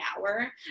hour